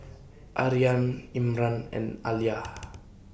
Aryan Imran and Alya